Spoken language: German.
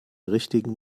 richtigen